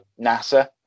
nasa